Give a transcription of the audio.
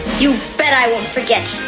you bet i won't forget.